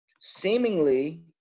seemingly